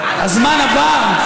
הזמן עבר,